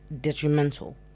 Detrimental